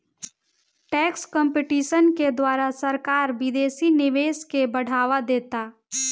tax competition के द्वारा सरकार विदेशी निवेश के बढ़ावा देता